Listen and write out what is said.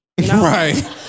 Right